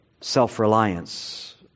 self-reliance